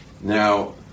Now